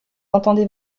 entendez